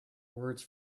words